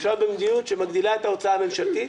אפשר במדיניות שמגדילה את ההוצאה הממשלתית,